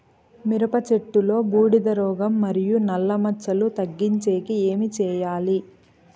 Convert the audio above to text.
మిరప చెట్టులో బూడిద రోగం మరియు నల్ల మచ్చలు తగ్గించేకి ఏమి చేయాలి?